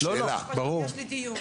אתה עובד פה שלוש